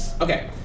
Okay